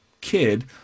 kid